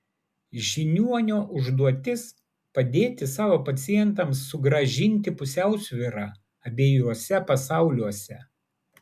žiniuonio užduotis padėti savo pacientams sugrąžinti pusiausvyrą abiejuose pasauliuose